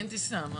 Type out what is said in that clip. אין טיסה.